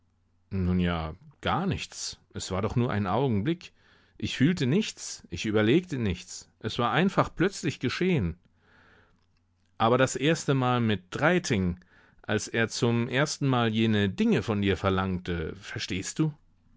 nun ja gar nichts es war doch nur ein augenblick ich fühlte nichts ich überlegte nichts es war einfach plötzlich geschehen aber das erstemal mit reiting als er zum erstenmal jene dinge von dir verlangte verstehst du